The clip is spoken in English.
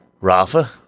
Rafa